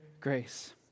grace